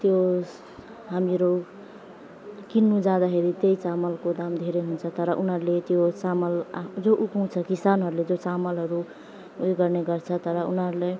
त्यो हामीहरू किन्नु जाँदाखेरि त्यही चामलको दाम धेरै हुन्छ तर उनीहरूले त्यो चामल आफू जो उगाउँछ किसानहरूले जो चामलहरू उयो गर्ने गर्छ तर उनीहरूले